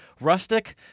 rustic